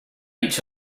each